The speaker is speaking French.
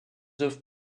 œuvres